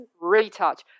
retouch